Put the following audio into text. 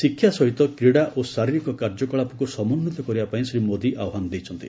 ଶିକ୍ଷା ସହିତ କ୍ରୀଡ଼ା ଓ ଶାରୀରିକ କାର୍ଯ୍ୟକଳାପକୁ ସମନ୍ଦିତ କରିବା ପାଇଁ ଶ୍ରୀ ମୋଦି ଆହ୍ୱାନ ଦେଇଛନ୍ତି